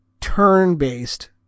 turn-based